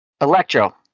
Electro